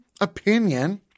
opinion